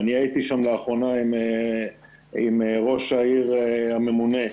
אני הייתי שם לאחרונה עם ראש העיר הממונה,